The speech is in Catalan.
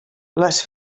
les